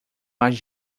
mais